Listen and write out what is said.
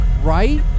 right